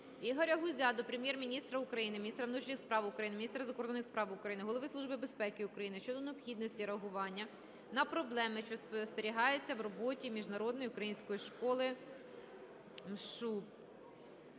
Ігоря Гузя до Прем'єр-міністра України, міністра внутрішніх справ України, міністра закордонних справ України, Голови Служби безпеки України щодо необхідності реагування на проблеми, що спостерігаються в роботі Міжнародної української школи (МУШ).